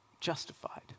justified